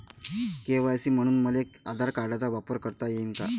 KYC म्हनून मले आधार कार्डाचा वापर करता येईन का?